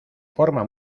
forma